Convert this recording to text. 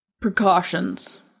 precautions